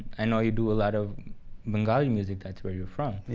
i know you do a lot of bengali music. that's where you're from.